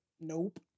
nope